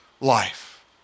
life